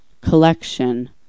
collection